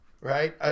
right